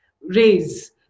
raise